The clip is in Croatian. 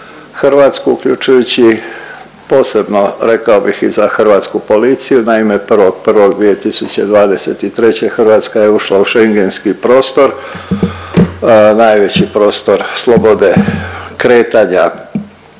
Hrvatsku uključujući posebno rekao bih i za hrvatsku policiju. Naime, 1.1.2023. Hrvatska je ušla u Schengenski prostor, najveći prostor slobode kretanja